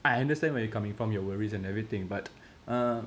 I understand where you're coming from your worries and everything but uh